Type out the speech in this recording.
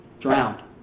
drowned